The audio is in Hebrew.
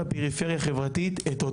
כל מי שלומד עדיין וקיבל את המלגה,